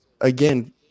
again